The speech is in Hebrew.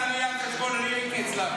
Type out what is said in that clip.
האוצר מתנגד גם לראיית חשבון.